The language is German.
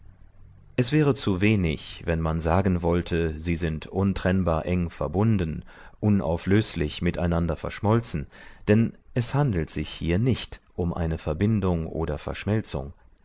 es wäre zu wenig wenn man sagen wollte sie sind untrennbar eng verbunden unauflöslich mit einander verschmolzen denn es handelt sich hier nicht um eine verbindung oder verschmelzung